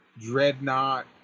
Dreadnought